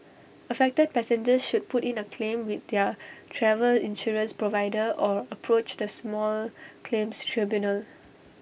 affected passengers should put in A claim with their travel insurance provider or approach the small claims tribunal